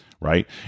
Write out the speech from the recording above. right